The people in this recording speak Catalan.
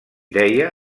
deia